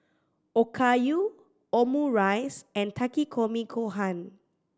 Okayu Omurice and Takikomi Gohan